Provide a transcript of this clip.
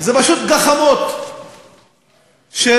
זה פשוט גחמות שסותרות